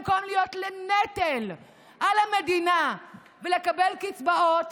במקום להיות לנטל על המדינה ולקבל קצבאות,